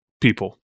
people